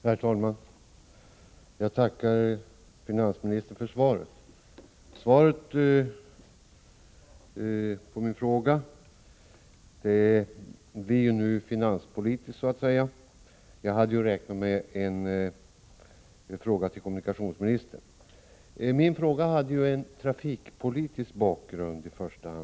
Herr talman! Jag tackar finansministern för svaret på min fråga. Frågan blev nu så att säga finanspolitisk. Jag hade ju räknat med ett svar från kommunikationsministern. Frågan hade ju i första hand en trafikpolitisk bakgrund.